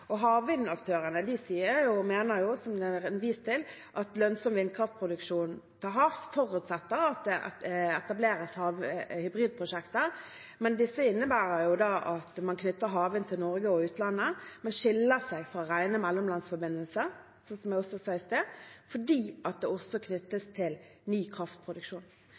og havvindaktørene mener jo også – som jeg har vist til – at lønnsom vindkraftproduksjon til havs forutsetter at det etableres hybridprosjekter. Disse innebærer da at man knytter havvind til Norge og utlandet, men de skiller seg fra rene mellomlandsforbindelser – som jeg også sa i sted – fordi de også knyttes til ny kraftproduksjon.